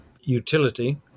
utility